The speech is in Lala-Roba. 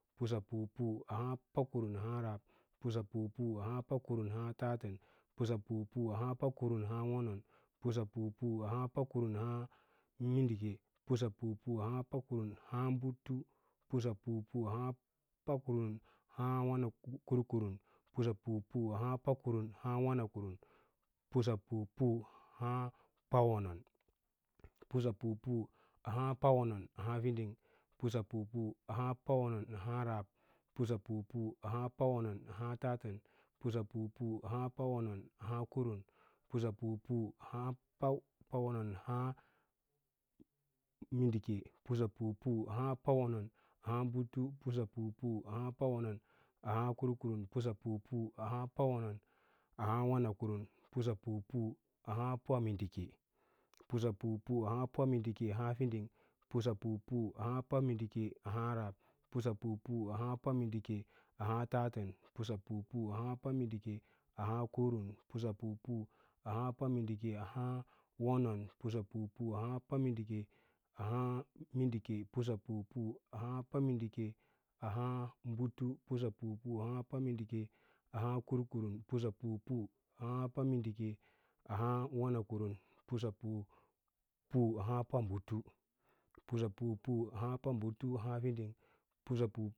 Pusapu pu pakurum ahǎǎ rab, pusapu pu pakurum ahǎǎ tatən, pusapu pu pakurum ahǎǎ kuran, pusapu pu pakurum ahǎǎ wonon, pusapu pu pakurum ahǎǎ mindike, pusapu pu pakurum ahǎǎ butu, pusapu pu pakurum ahǎǎ kurkurum, pusapu pu pakurum ahǎǎ wanakurum, pusapu pu pakurum ahǎǎ wanakurum, pusapu pu pawonon, pusapa pu pawonon ahǎǎ fiding pusapu pu pawonon ahǎǎ rab pusapu pu pawonon ahǎǎ tatə pusapu pu pawonon ahǎǎ kurum, pusapu pu pawonon ahǎǎ wonon, pusapu pu pawonon ahǎǎ mindike pusapu pu pawonon ahǎǎ butu, pusapu pu pawonon ahǎǎ kurkurum, pusapu pu pawonon ahǎǎ wanakurain, pusapu pu pusapu pu pamíndike ahǎǎ fiding, pusapu pu pamíndike ahǎǎ rab, pasa pu pu pamindike ahǎǎ kurum pukeɛpiu pu pamindike ahǎǎ wonon, pusapu pu pamindike ahǎǎ mindike, pusa pu pu pamíndike ahǎǎ wonon, pusapu, pu pamindike ahǎǎ butu, pusapu pu pamindike ahaã kurkurumum, pusa pu pu pamindike ahaã wana kurum, pusa pu pu pabutu, pusapu pu pabutu ahaa fiding pusapu